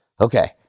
okay